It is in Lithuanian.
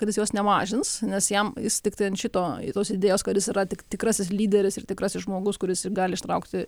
kad jis jos nemažins nes jam jis tiktai ant šito tos idėjos kad jis yra tik tikrasis lyderis ir tikrasis žmogus kuris ir gali ištraukti